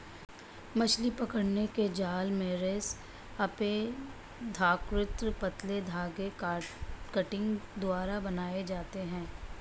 मछली पकड़ने के जाल मेशेस अपेक्षाकृत पतले धागे कंटिंग द्वारा बनाये जाते है